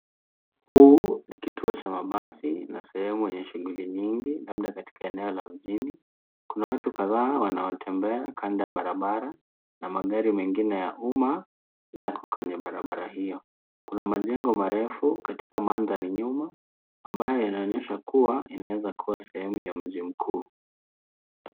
Huu ni kituo cha mabasi na sehemu yenye shughuli mingi labda katika eneo la mjini. Kuna watu kadhaa wanaotembea kando ya barabara na magari mengine ya umma yako kwenye barabara hiyo. Kuna majengo marefu katika manthari nyuma ambayo inaonyesha kuwa inaeza kuwa sehemu ya mji mkuu.